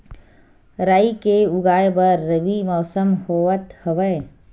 राई के उगाए बर रबी मौसम होवत हवय?